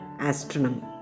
Astronomy